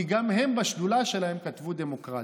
כי גם הם בשדולה שלהם כתבו "דמוקרטית",